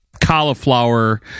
cauliflower